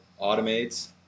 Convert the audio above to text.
automates